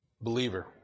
Believer